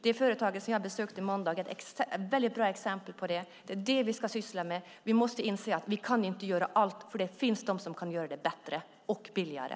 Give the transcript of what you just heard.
Det företag som vi besökte i måndags är ett väldigt bra exempel på det. Det är sådant vi ska syssla med. Vi måste inse att vi inte kan göra allt, för det finns de som kan göra det bättre och billigare.